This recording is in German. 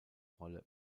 rolle